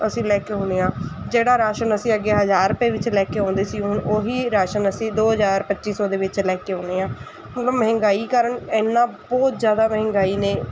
ਅਸੀਂ ਲੈ ਕੇ ਆਉਂਦੇ ਹਾਂ ਜਿਹੜਾ ਰਾਸ਼ਨ ਅਸੀਂ ਅੱਗੇ ਹਜ਼ਾਰ ਰੁਪਏ ਵਿੱਚ ਲੈ ਕੇ ਆਉਂਦੇ ਸੀ ਹੁਣ ਉਹੀ ਰਾਸ਼ਨ ਅਸੀਂ ਦੋ ਹਜ਼ਾਰ ਪੱਚੀ ਸੌ ਦੇ ਵਿੱਚ ਲੈ ਕੇ ਆਉਂਦੇ ਹਾਂ ਮਹਿੰਗਾਈ ਕਾਰਨ ਇੰਨਾਂ ਬਹੁਤ ਜ਼ਿਆਦਾ ਮਹਿੰਗਾਈ ਨੇ